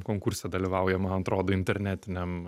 konkurse dalyvauja man atrodo internetiniam